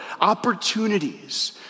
Opportunities